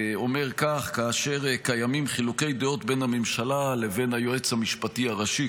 אומר כך: כאשר קיימים חילוקי דעות בין הממשלה לבין היועץ המשפטי הראשי,